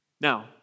Now